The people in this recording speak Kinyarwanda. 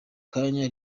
kanya